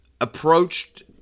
approached